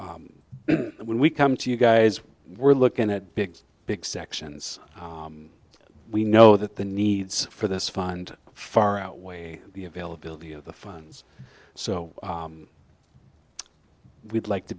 when we come to you guys we're looking at big big sections we know that the needs for this fund far outweigh the availability of the funds so we'd like to